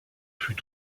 plus